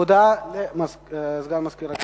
הודעה לסגן מזכירת הכנסת.